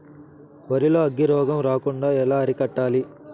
వరి లో అగ్గి రోగం రాకుండా ఎలా అరికట్టాలి?